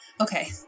Okay